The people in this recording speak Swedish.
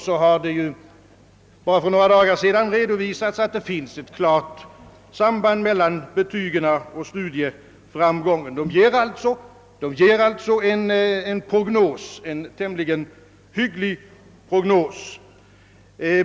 För endast några dagar sedan redovisades, att det finns ett klart samband mellan betygen och studieframgången. De ger alltså en tämligen hygglig prognos.